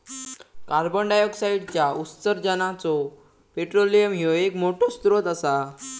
कार्बंडाईऑक्साईडच्या उत्सर्जानाचो पेट्रोलियम ह्यो एक मोठो स्त्रोत असा